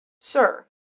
Sir